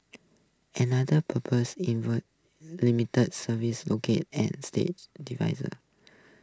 another proposal involves limiting service local and state